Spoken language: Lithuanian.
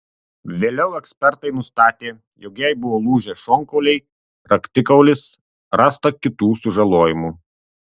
vėliau ekspertai nustatė jog jai buvo lūžę šonkauliai raktikaulis rasta kitų sužalojimų